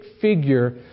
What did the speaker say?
figure